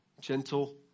gentle